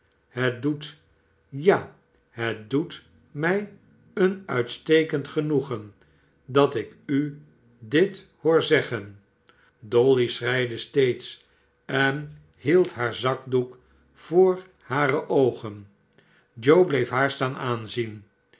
het doet ja het doet mij een uitstekend genoegen dat ik u dit hoor zeggen dolly schreide steeds en hield haar zakdoek voor hare oogen joe bleef haar staan aanzien